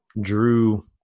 drew